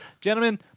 Gentlemen